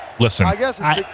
Listen